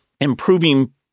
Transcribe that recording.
improving